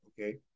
okay